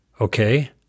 okay